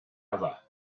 other